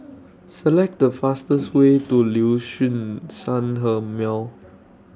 Select The fastest Way to Liuxun Sanhemiao